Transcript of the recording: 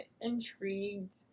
intrigued